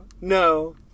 no